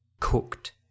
cooked